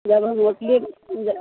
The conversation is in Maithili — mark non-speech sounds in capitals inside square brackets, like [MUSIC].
जब हम होटले [UNINTELLIGIBLE]